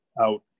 out